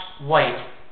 white